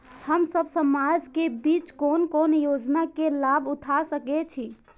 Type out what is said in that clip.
हम सब समाज के बीच कोन कोन योजना के लाभ उठा सके छी?